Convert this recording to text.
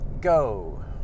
Go